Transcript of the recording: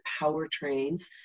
powertrains